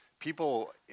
People